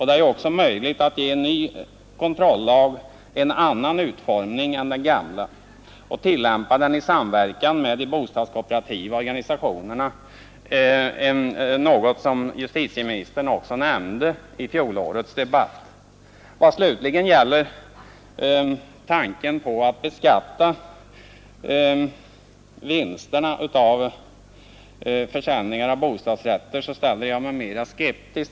Det är ju också möjligt att ge en ny kontrollag en annan utformning än den gamla och tillämpa den i samverkan med de bostadskooperativa organisationerna, något som justitieministern också nämnde i fjolårets debatt. I vad gäller tanken på att beskatta vinsterna av försäljning av bostadsrätter, så ställer jag mig mera skeptisk.